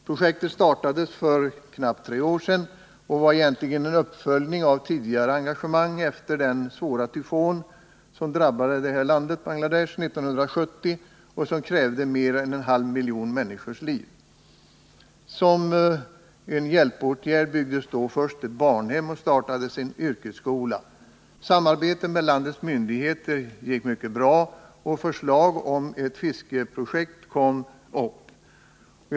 Projektet startades för knappt tre år sedan och var egentligen en uppföljning av tidigare engagemang efter den svåra tyfon som drabbade Bangladesh 1970 och som krävde mer än en halv miljon människors liv. En hjälpåtgärd var att man byggde ett barnhem och startade en yrkesskola. Samarbetet med landets myndigheter gick mycket bra, och förslag om ett fiskeriprojekt framställdes.